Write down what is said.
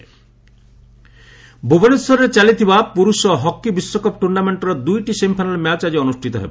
hockey ଭୁବନେଶ୍ୱରରେ ଚାଲିଥିବା ପୁରୁଷ ହକି ବିଶ୍ୱକପ୍ ଟୁର୍ଣ୍ଣାମେଣ୍ଟ୍ର ଦୁଇଟି ସେମିଫାଇନାଲ୍ ମ୍ୟାଚ୍ ଆକି ଅନୁଷ୍ଠିତ ହେବ